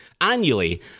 annually